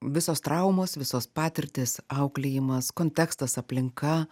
visos traumos visos patirtys auklėjimas kontekstas aplinka